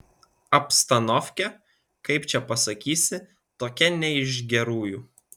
abstanovkė kaip čia pasakysi tokia ne iš gerųjų